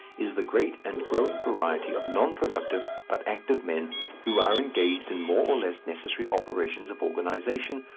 is the great and growing variety of non-productive but active men who are engaged in more or less necessary operations of organization,